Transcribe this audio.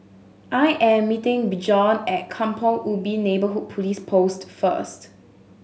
I am meeting Bjorn at Kampong Ubi Neighbourhood Police Post first